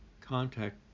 contact